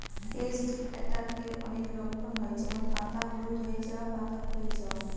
paste অ্যাটাকের অনেক লক্ষণ হয় যেমন পাতা হলুদ হয়ে যাওয়া, পাতা ক্ষয়ে যাওয়া